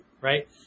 right